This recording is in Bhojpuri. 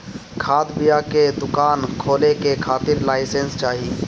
खाद बिया के दुकान खोले के खातिर लाइसेंस चाही